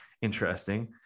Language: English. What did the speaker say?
interesting